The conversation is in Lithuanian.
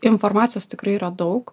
informacijos tikrai yra daug